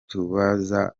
tubaza